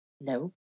No